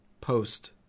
post